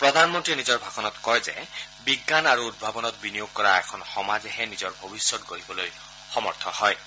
প্ৰধানমন্তী নিজৰ ভাষণত কয় যে বিজ্ঞান আৰু উদ্ভাৱনত বিনিয়োগ কৰা সমাজেহে নিজৰ ভৱিষ্যত গঢ়িবলৈ সমৰ্থ হব